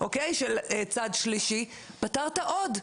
של צד שלישית, פתרת עוד.